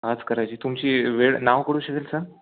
आज करायची आहे तुमची वेळ नाव कळू शकेल सर